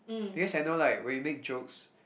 because I know like when you make jokes